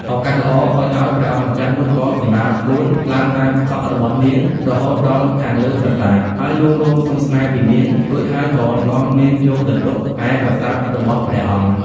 ឱកាសល្អហុចឱ្យ ព្រះអង្គម្ចាស់នោះក៏សំរាលខ្លួនឡើងតាមសក់របស់នាងរហូតដល់ខាងលើប្រាសាទហើយលួងលោមសុំស្នេហ៍ពីនាង រួចហើយក៏នាំនាងយកទៅទុកឯប្រាសាទរបស់ព្រះអង្គ ។